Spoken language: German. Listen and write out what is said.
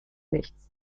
nichts